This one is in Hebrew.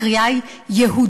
הקריאה היא "יהודים".